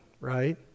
right